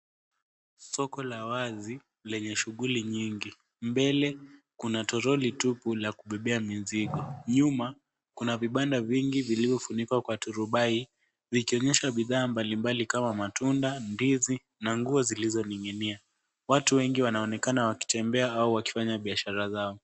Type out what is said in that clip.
Soko la wazi lenye shughuli nyingi. Mbele kuna toroli tupu la kubebea mizigo, nyuma kuna vibanda vingi vilivyofunikwa kwa turubai vikionyesha bidhaa mbalimbali kama matunda, ndizi na nguo zilizoning'inia. Watu wengi wanaoneka wakitembea au wakifanya biashara zao .